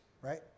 right